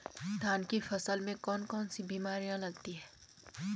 धान की फसल में कौन कौन सी बीमारियां लगती हैं?